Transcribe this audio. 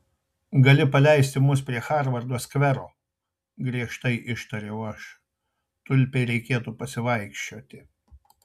gali paleisti mus prie harvardo skvero griežtai ištariau aš tulpei reikėtų pasivaikščioti